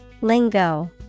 Lingo